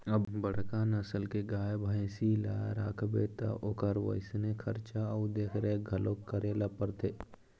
अब बड़का नसल के गाय, भइसी ल राखबे त ओखर वइसने खरचा अउ देखरेख घलोक करे ल परथे